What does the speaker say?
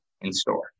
in-store